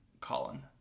Colin